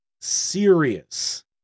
serious